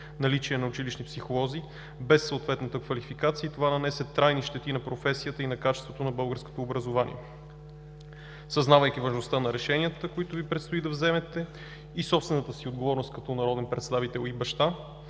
наличие на училищни психолози без съответната квалификация и това нанесе трайни щети на професията и на качеството на българското образование. Съзнавайки важността на решенията, които Ви предстои да вземете и собствената си отговорност като народен представител и баща,